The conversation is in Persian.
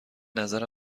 نظر